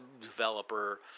developer